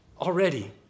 Already